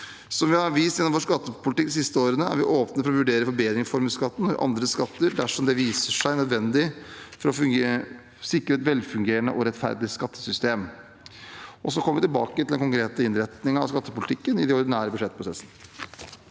Som vi har vist gjennom vår skattepolitikk de siste årene, er vi åpne for å vurdere forbedringer i formuesskatten og andre skatter dersom det viser seg nødvendig for å sikre et velfungerende og rettferdig skattesystem. Vi kommer tilbake til den konkrete innretningen av skattepolitikken i den ordinære budsjettprosessen.